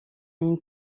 une